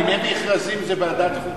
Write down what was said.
דיני מכרזים זה ועדת חוקה.